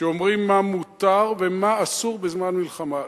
שאומרים מה מותר ומה אסור בזמן מלחמה.